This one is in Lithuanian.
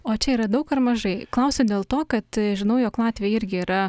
o čia yra daug ar mažai klausiu dėl to kad žinau jog latviai irgi yra